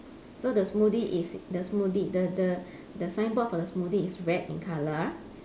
so the smoothie is the smoothie the the the signboard for the smoothie is red in color